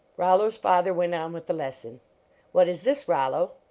rollo s father went on with the lesson what is this, rollo?